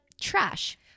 trash